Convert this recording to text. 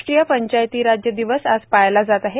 राष्ट्रीय पंचायती राज्य दिवस आज पाळला जात आहे